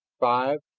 five.